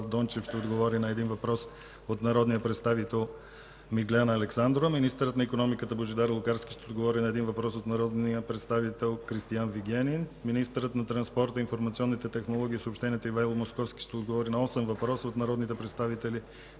Дончев ще отговори на един въпрос от народния представител Миглена Александрова. Министърът на икономиката Божидар Лукарски ще отговори на един въпрос от народния представител Кристиан Вигенин. Министърът на транспорта, информационните технологии и съобщенията Ивайло Московски ще отговори на осем въпроса от народните представители